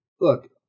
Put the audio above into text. look